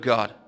God